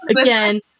again